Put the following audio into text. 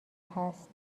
هست